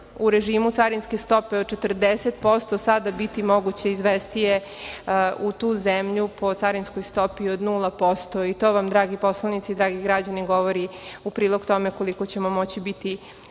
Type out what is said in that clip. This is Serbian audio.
u režimu carinske stope od 40% sada biti moguće izvesti je u tu zemlju po carinskoj stopi od 0%. To vam dragi poslanici, dragi građani govori u prilog tome koliko ćemo moći biti